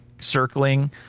circling